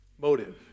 motive